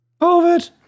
Covid